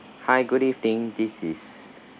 hi good evening this is